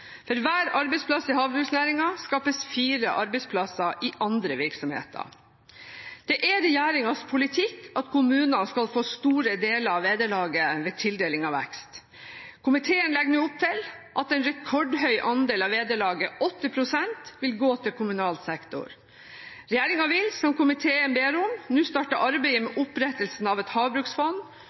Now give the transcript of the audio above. For hver arbeidsplass i havbruksnæringen skapes fire arbeidsplasser i andre virksomheter. Det er regjeringens politikk at kommunene skal få store deler av vederlaget ved tildeling av vekst. Komiteen legger nå opp til at en rekordhøy andel av vederlaget, 80 pst., vil gå til kommunal sektor. Regjeringen vil, som komiteen ber om, nå starte arbeidet med opprettelsen av et havbruksfond